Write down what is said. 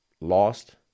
lost